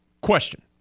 Question